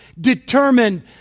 determined